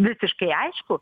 visiškai aišku